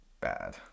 Bad